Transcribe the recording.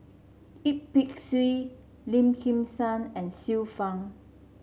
Yip Pin Xiu Lim Kim San and Xiu Fang